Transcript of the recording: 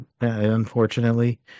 Unfortunately